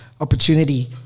opportunity